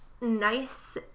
nice